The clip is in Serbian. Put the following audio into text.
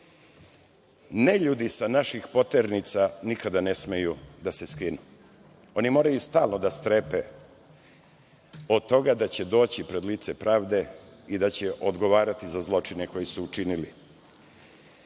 sile. Neljudi sa naših poternica nikada ne smeju da se skinu. Oni moraju stalno da strepe od toga da će doći pred lice pravde i da će odgovarati za zločine koje su učinili. Žrtve